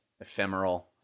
ephemeral